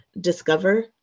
discover